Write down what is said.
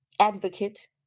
advocate